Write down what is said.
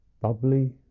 bubbly